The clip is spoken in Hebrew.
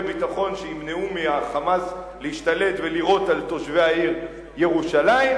ביטחון שימנעו מה"חמאס" להשתלט ולירות על תושבי העיר ירושלים,